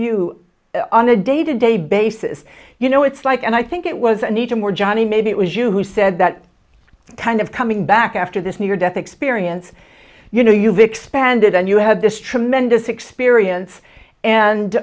you on a day to day basis you know it's like and i think it was a need to more johnny maybe it was you who said that kind of coming back after this near death experience you know you've expanded and you had this tremendous experience and